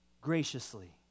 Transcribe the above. graciously